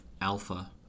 Alpha